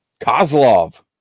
Kozlov